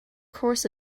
course